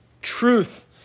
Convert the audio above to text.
truth